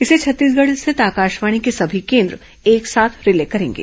इसे छत्तीसगढ़ स्थित आकाशवाणी के सभी केन्द्र एक साथ रिले करेंगे